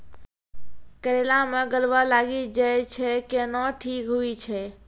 करेला मे गलवा लागी जे छ कैनो ठीक हुई छै?